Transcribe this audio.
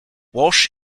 walsh